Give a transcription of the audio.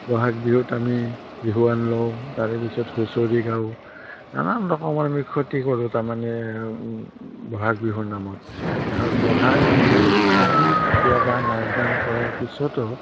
বহাগ বিহুত আমি বিহুৱান লওঁ তাৰে পিছত হুঁচৰি গাওঁ নানান ৰকমৰ আমি ক্ষতি কৰোঁ তাৰমানে বহাগ বিহুৰ নামত কাৰণ বহাগ বিহুত আমি কেতিয়াবা নাচ গান কৰাৰ পিছতো